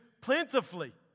plentifully